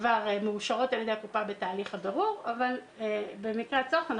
כבר מאושרות על ידי הקופה בתהליך הבירור אבל במקרה הצורך אנחנו